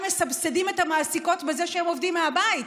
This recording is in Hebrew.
מסבסדים את המעסיקות בזה שהם עובדים מהבית,